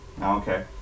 okay